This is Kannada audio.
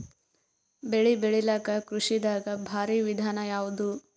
ಬೆಳೆ ಬೆಳಿಲಾಕ ಕೃಷಿ ದಾಗ ಭಾರಿ ವಿಧಾನ ಯಾವುದು?